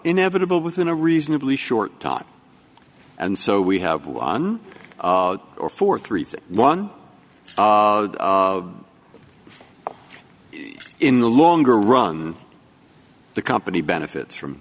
inevitable within a reasonably short time and so we have one or for three for one in the longer run the company benefits from